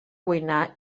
cuinar